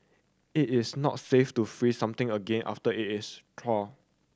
it is not safe to freeze something again after it is thawed